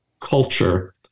culture